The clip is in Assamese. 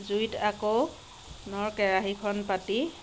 জুইত আকৌ নৰ কেৰাহীখন পাতি